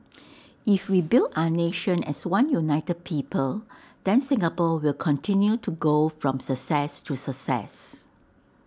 if we build our nation as one united people then Singapore will continue to go from success to success